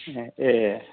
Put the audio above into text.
ए